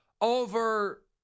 over